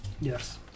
Yes